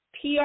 PR